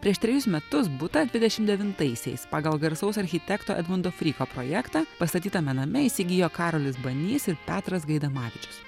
prieš trejus metus butą dvidešim devintaisiais pagal garsaus architekto edmundo fryko projektą pastatytame name įsigijo karolis banys ir petras gaidamavičius